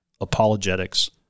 apologetics